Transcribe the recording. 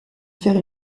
faire